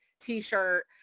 t-shirt